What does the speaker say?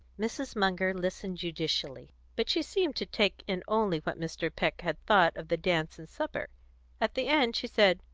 mrs. munger listened judicially, but she seemed to take in only what mr. peck had thought of the dance and supper at the end she said,